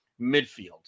midfield